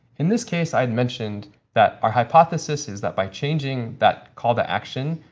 in this case, i had mentioned that our hypothesis is that by changing that call to action,